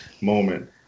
moment